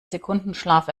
sekundenschlaf